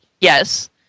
yes